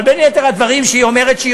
אבל בין יתר הדברים שהיא אומרת שהיא